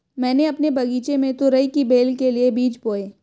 मैंने अपने बगीचे में तुरई की बेल के लिए बीज बोए